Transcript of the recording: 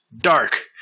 Dark